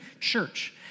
church